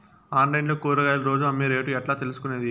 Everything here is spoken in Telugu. ఆన్లైన్ లో కూరగాయలు రోజు అమ్మే రేటు ఎట్లా తెలుసుకొనేది?